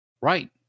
Right